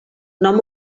nom